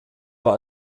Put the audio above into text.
war